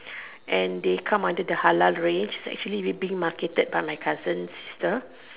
and they come under the halal range its actually being marketed by my cousin's sister